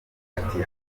ati